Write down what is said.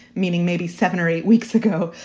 meaning maybe seven or eight weeks ago,